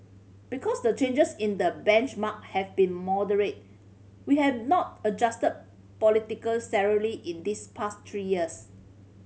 because the changes in the benchmark have been moderate we have not adjusted political salary in these past three years